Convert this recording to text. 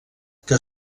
que